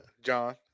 John